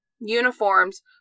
uniforms